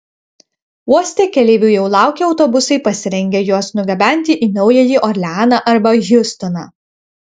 uoste keleivių jau laukia autobusai pasirengę juos nugabenti į naująjį orleaną arba hjustoną